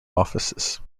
offices